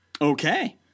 Okay